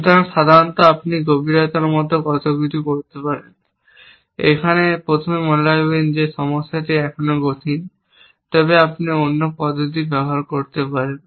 সুতরাং সাধারণত আপনি গভীরতার মতো কিছু করতে পারেন এখানে প্রথমে মনে রাখবেন যে সমস্যাটি এখনও কঠিন তবে আপনি অন্য পদ্ধতি ব্যবহার করতে পারেন